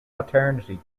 paternity